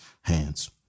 hands